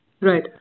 Right